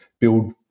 build